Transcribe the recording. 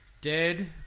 Dead